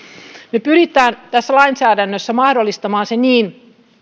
me pyrimme tässä lainsäädännössä mahdollistamaan se niin